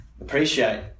appreciate